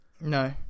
No